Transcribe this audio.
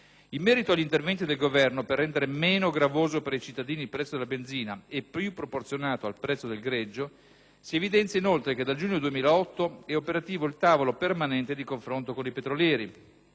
In merito agli interventi del Governo per rendere per i cittadini il prezzo della benzina meno gravoso e più proporzionato al prezzo del greggio, si evidenzia inoltre che dal giugno 2008 è operativo il tavolo permanente di confronto con i petrolieri,